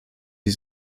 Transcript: die